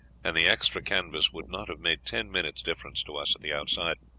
and the extra canvas would not have made ten minutes' difference to us at the outside.